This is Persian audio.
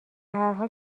هرحال